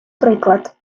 приклад